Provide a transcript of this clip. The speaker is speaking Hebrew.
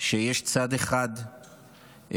שיש צד אחד שאשם